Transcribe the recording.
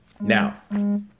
Now